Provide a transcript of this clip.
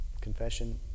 Confession